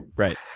right.